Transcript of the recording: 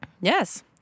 Yes